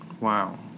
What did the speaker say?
Wow